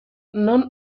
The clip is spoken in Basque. non